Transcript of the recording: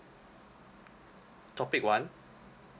topic one